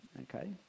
Okay